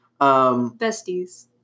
besties